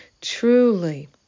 truly